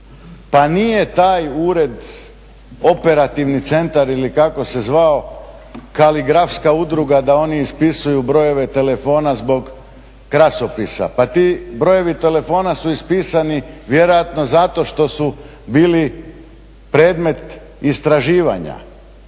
Pa nije taj ured operativni centar ili kako se zvao kaligrafska udruga da oni ispisuju brojeve telefona zbog krasopisa. Pa ti brojevi telefona su ispisani vjerojatno zato što su bili predmet istraživanja